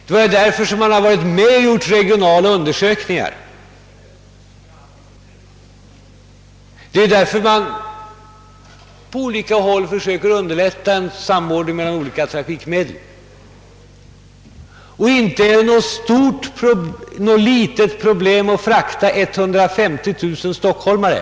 Det är därför som vi varit med om att göra regionala undersökningar. Det är därför vi på olika håll försöker underlätta en samordning mellan olika trafikmedel. Inte är det något litet problem att frakta 150 000 stockholmare.